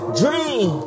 dream